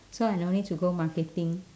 so I no need to go marketing